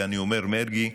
ואני אומר: מרגי,